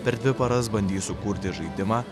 per dvi paras bandys sukurti žaidimą